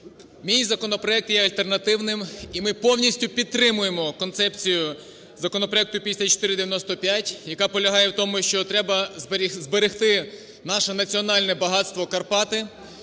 Мій законопроект є альтернативним, і ми повністю підтримуємо концепцію законопроекту 5495, яка полягає в тому, що треба зберегти наше національне багатство – Карпати,